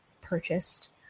purchased